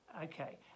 Okay